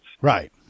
right